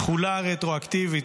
תחולה רטרואקטיבית,